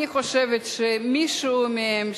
אני חושבת שמישהו מהם,